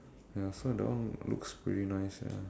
ya so that one looks pretty nice ya